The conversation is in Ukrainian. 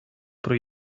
про